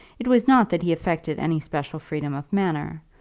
it was not that he affected any special freedom of manner,